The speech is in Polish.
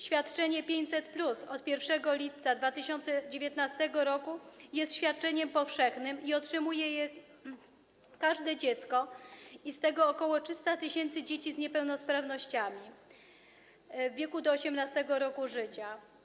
Świadczenie 500+ od 1 lipca 2019 r. jest świadczeniem powszechnym i otrzymuje je każde dziecko, w tym ok. 300 tys. dzieci z niepełnosprawnościami w wieku do 18. roku życia.